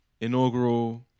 inaugural